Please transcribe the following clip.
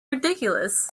ridiculous